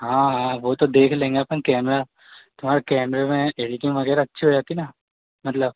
हाँ हाँ वह तो देख लेंगे अपन कैमरा तुम्हारे कैमरे में एडिटिंग वग़ैरह अच्छी हो जाती ना मतलब